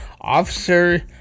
Officer